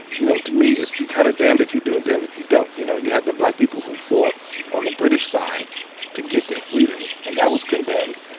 you know, to me it's kind of damned if you do and damned if you don't. you know, you had the black people who fought on the british side to get their freedom, and that was condemned.